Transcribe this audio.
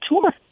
tour